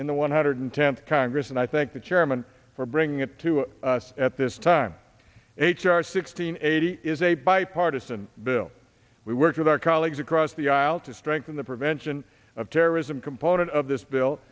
in the one hundred tenth congress and i thank the chairman for bringing it to us at this time h r six hundred eighty is a bipartisan bill we worked with our colleagues across the aisle to strengthen the prevention of terrorism component of this bill